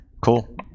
cool